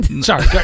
Sorry